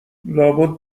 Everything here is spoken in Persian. لابد